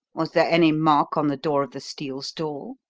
was there any mark on the door of the steel stall?